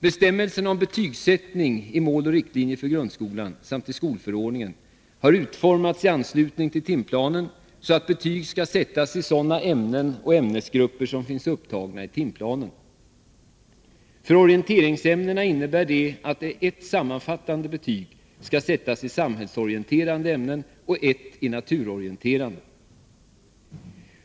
Bestämmelserna om betygsättning i måloch riktlinjer för grundskolan samt i skolförordningen har utformats i anslutning till timplanen så att betyg skall sättas i sådana ämnen och ämnesgrupper som finns upptagna i timplanen. För orienteringsämnen innebär detta att ett sammanfattande betyg skall sättas i samhällsorienterande ämnen och ett i naturorienterande.